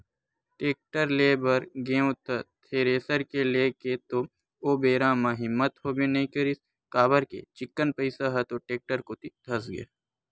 tractor ले बर गेंव त थेरेसर के लेय के तो ओ बेरा म हिम्मत होबे नइ करिस काबर के चिक्कन पइसा ह तो टेक्टर कोती धसगे